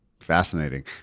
Fascinating